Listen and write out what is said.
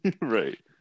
Right